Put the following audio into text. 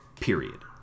Period